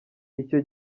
icyo